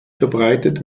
verbreitet